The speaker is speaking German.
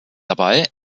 dabei